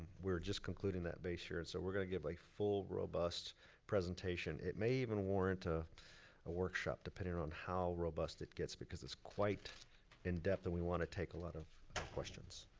we are just concluding that base year. so we're gonna give a full robust presentation. it may even warrant ah a workshop depending on how robust it gets. because it's quite in-depth and we wanna take a lot of questions.